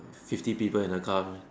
fifty people in a car meh